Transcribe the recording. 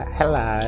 Hello